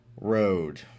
road